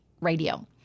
radio